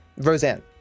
Roseanne